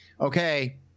okay